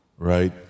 right